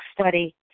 Study